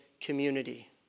community